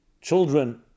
children